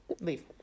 Leave